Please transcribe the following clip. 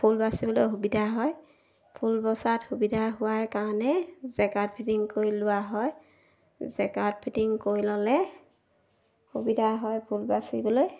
ফুল বাচিবলৈ সুবিধা হয় ফুল বচাত সুবিধা হোৱাৰ কাৰণে জেকাৰ্ট ফিটিং কৰি লোৱা হয় জেকাৰ্ট ফিটিং কৰি ল'লে সুবিধা হয় ফুল বাচিবলৈ